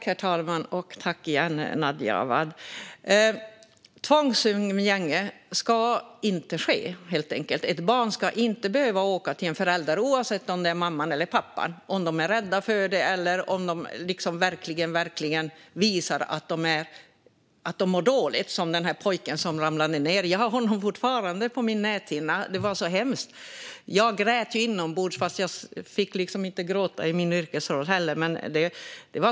Herr talman! Tvångsumgänge ska inte ske. Barn ska inte behöva åka till en förälder, oavsett om det är mamman eller pappan, om de är rädda eller verkligen visar att de mår dåligt, som den där pojken som ramlade ihop. Jag har honom fortfarande på näthinnan, för det var så hemskt. Jag grät inombords, för jag fick inte gråta i min yrkesroll.